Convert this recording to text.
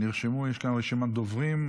נרשמו, יש כאן רשימת דוברים.